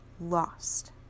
lost